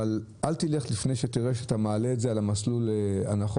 אבל אל תלך לפני שתראה שאתה מעלה את זה על המסלול הנכון.